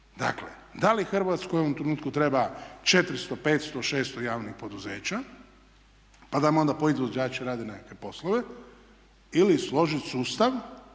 Dakle, da li Hrvatskoj u ovom trenutku treba 400, 500, 600 javnih poduzeća, pa da mu onda pojedini izvođači rade nekakve poslove ili složit sustav